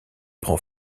prend